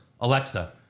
Alexa